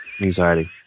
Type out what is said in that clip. Anxiety